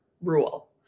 rule